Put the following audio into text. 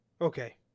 okay